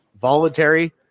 voluntary